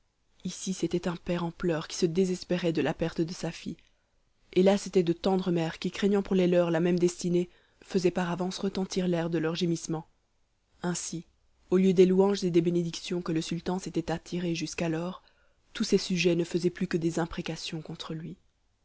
ici c'était un père en pleurs qui se désespérait de la perte de sa fille et là c'étaient de tendres mères qui craignant pour les leurs la même destinée faisaient par avance retentir l'air de leurs gémissements ainsi au lieu des louanges et des bénédictions que le sultan s'était attirées jusqu'alors tous ses sujets ne faisaient plus que des imprécations contre lui